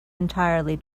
entirely